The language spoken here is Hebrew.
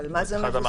ועל מה זה מבוסס?